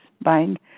buying